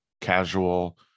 casual